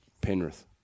Penrith